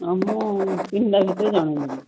ହଁ ମୁଁ ତିନିଟା ଭିତରେ ଜଣାଇବି